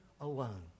alone